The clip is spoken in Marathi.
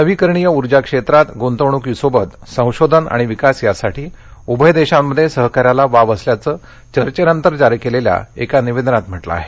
नवीकरणीय ऊर्जा क्षेत्रात गुंतवणुकीसोबत संशोधन आणि विकास यासाठी उभय देशांमध्ये सहकार्याला वाव असल्याचं चर्चेनंतर जारी केलेल्या एका निवेदनात म्हटलं आहे